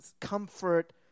comfort